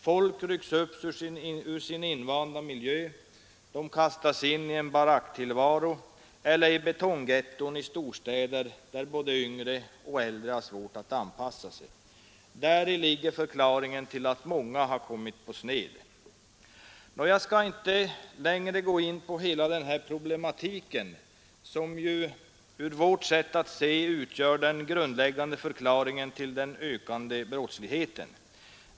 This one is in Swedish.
Folk Tilläggsdirektiv fö r rycks upp ur sin invanda miljö och kastas in i en baracktillvaro eller i ASS betonggetton i storstäder där både yngre och äldre har svårt att anpassa nen m.m. sig. Däri ligger förklaringen till att många har kommit på sned. Jag skall inte gå längre in på hela denna problematik, som enligt vårt sätt att se utgör den grundläggande förklaringen till ökande brottslighet.